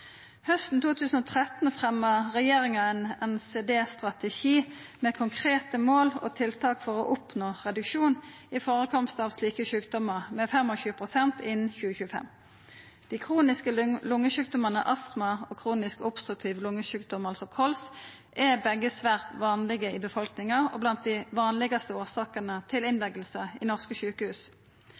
Hausten 2013 fremja regjeringa ein NCD-strategi med konkrete mål og tiltak for å oppnå ein reduksjon i førekomst av slike sjukdomar med 25 pst. innan 2025. Dei kroniske lungesjukdomane astma og kronisk obstruktiv lungesjukdom, kols, er begge svært vanlege i befolkninga og blant dei vanlegaste årsakene til innlegging i norske sjukehus.